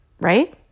right